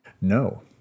No